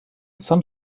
some